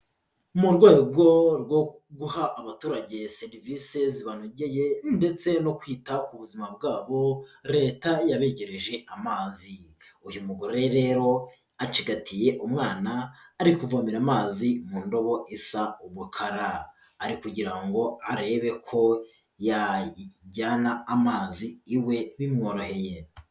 Mu rwego rwo guha abaturage serivise zibanogeye ndetse no kwita ku buzima bwabo, Leta yabegereje amazi, uyu mugore rero acigatiye umwana ari kuvomera amazi mu ndobo isa umukara, ari kugira ngo arebe ko yajyana amazi iwe bimworoheye.